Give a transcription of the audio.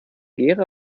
gera